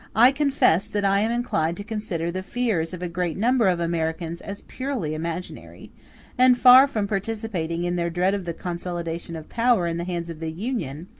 i confess that i am inclined to consider the fears of a great number of americans as purely imaginary and far from participating in their dread of the consolidation of power in the hands of the union,